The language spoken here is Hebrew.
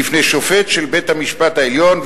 בפני שופט של בית-המשפט העליון,